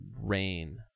rain